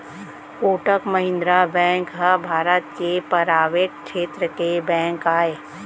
Kotak Mahindra bank ह भारत के private छेत्र के बेंक आय